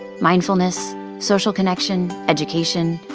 mindfulness, social connection, education,